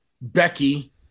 Becky